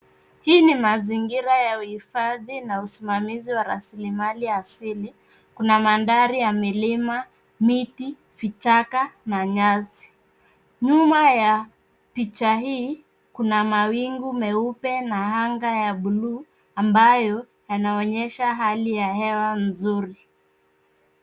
Hii ni mazingira ya uhifadhi na usimamizi wa raslimali asili. Kuna mandhari ya milima, miti, vichaka na nyasi. Nyuma ya picha hii kuna mawingu meupe na anga ya buluu amabayo yanaonyesha hali ya hewa mzuri.